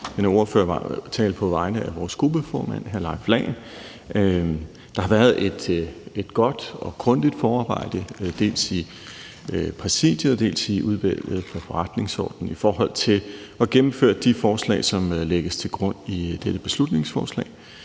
denne ordførertale på vegne af vores gruppeformand, hr. Leif Lahn Jensen. Der har været et godt og grundigt forarbejde, dels i Præsidiet, dels i Udvalget for Forretningsordenen, i forhold til at gennemføre de forslag, som lægges til grund i dette beslutningsforslag.